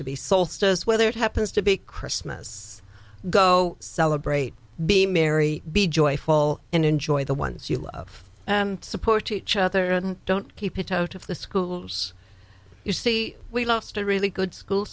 to be sold as whether it happens to be christmas go celebrate be merry be joyful and enjoy the ones you love and support each other don't keep it out of the schools you see we lost a really good school